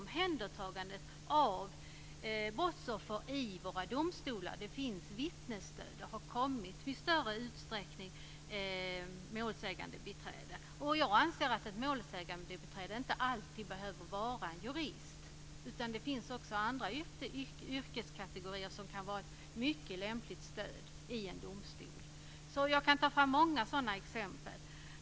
Omhändertagandet av brottsoffren i domstolarna har också förbättrats. Det finns vittnesstöd och målsägandebiträden i större utsträckning. Jag anser att ett målsägarbiträde inte alltid behöver vara en jurist. Det finns också människor från andra yrkeskategorier som kan vara ett mycket lämpligt stöd i domstolen. Jag kan nämna många sådana exempel.